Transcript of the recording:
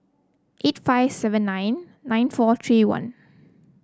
eight five seven nine nine four three one